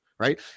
right